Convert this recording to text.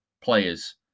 players